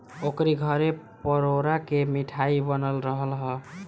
ओकरी घरे परोरा के मिठाई बनल रहल हअ